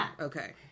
okay